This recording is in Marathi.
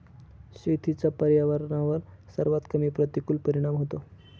शेतीचा पर्यावरणावर सर्वात कमी प्रतिकूल परिणाम होतो